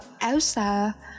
ELSA